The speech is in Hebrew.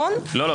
לא.